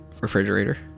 refrigerator